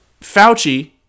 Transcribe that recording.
Fauci